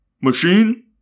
Machine